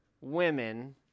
women